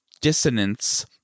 dissonance